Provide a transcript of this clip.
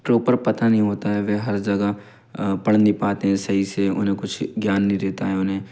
proper पता नहीं होता है वह हर जगह पढ़ नही पाते हैं सही से उन्हे कुछ ज्ञान नहीं रहता है उन्हें